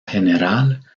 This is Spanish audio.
general